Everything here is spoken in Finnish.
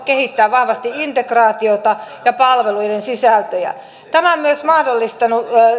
kehittää vahvasti integraatiota ja palveluiden sisältöjä tämä on myös mahdollistanut